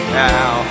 now